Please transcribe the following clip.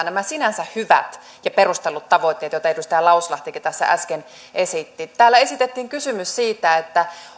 nämä sinänsä hyvät ja perustellut tavoitteet joita edustaja lauslahtikin tässä äsken esitti täällä esitettiin kysymys